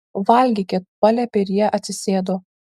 valgykit paliepė ir jie atsisėdo